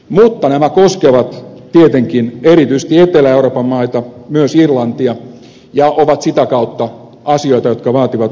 mutta nämä koskevat tietenkin erityisesti etelä euroopan maita myös irlantia ja ovat sitä kautta asioita jotka vaativat meiltäkin kannanottoja